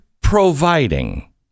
providing